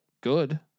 good